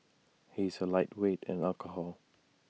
he is A lightweight in alcohol